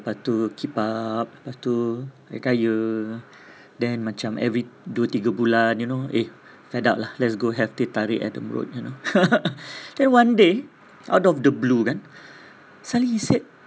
lepas tu keep up lepas tu kaya-kaya then macam every dua tiga bulan you know eh fed up lah let's go have teh tarik adam road you know then one day out of the blue kan suddenly he said